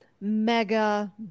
mega